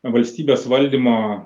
valstybės valdymo